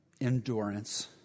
endurance